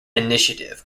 initiative